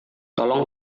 tolong